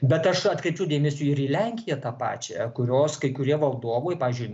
bet aš atkreipiau dėmesį ir į lenkiją tą pačią kurios kai kurie valdovai pavyzdžiui